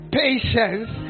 patience